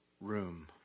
room